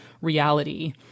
reality